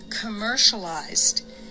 commercialized